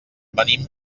venim